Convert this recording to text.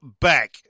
Back